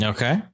Okay